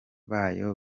bayo